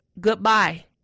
goodbye